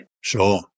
Sure